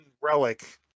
relic